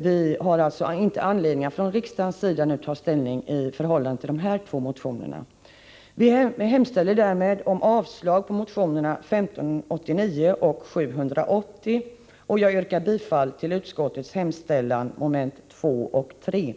vi inte nu har anledning att från riksdagens sida ta ställning till dessa två motioner. Vi hemställer därmed om avslag på motionerna 1589 och 780. Jag yrkar bifall till utskottets hemställan, mom. 2 och 3.